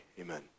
Amen